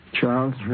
Charles